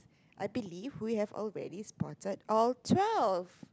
I believe we have already spotted all twelve